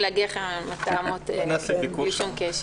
הן מתאמות בלי שום קשר.